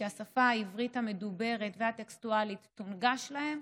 שהשפה העברית המדוברת והטקסטואלית תונגש להם